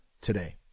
today